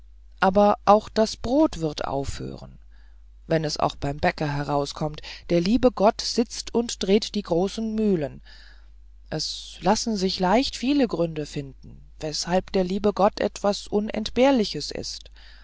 aber auch das brot wird aufhören wenn es auch beim bäcker herauskommt der liebe gott sitzt und dreht die großen mühlen es lassen sich leicht viele gründe finden weshalb der liebe gott etwas unentbehrliches ist